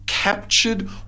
Captured